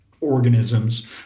organisms